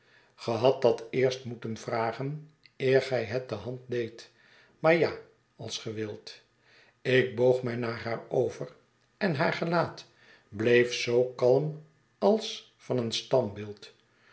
hadt dat eerst moeten vragen eer gij het de hand deedt maar ja als ge wilt ik boog mij naar haar over en haar gelaat bleef zoo kalm als van een standbeeld